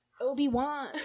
Obi-Wan